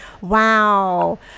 Wow